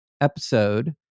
episode